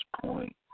point